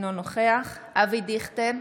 אינו נוכח אבי דיכטר,